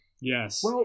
Yes